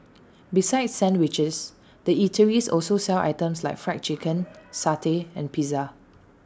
besides sandwiches the eateries also sell items like Fried Chicken satay and pizza